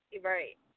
Right